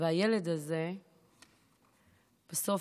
והילד הזה הרגיש בסוף